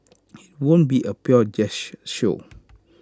IT won't be A pure jazz show